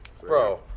Bro